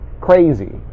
crazy